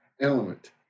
element